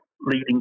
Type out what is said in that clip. leading